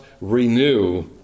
renew